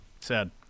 Sad